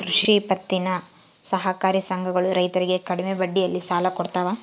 ಕೃಷಿ ಪತ್ತಿನ ಸಹಕಾರಿ ಸಂಘಗಳು ರೈತರಿಗೆ ಕಡಿಮೆ ಬಡ್ಡಿಯಲ್ಲಿ ಸಾಲ ಕೊಡ್ತಾವ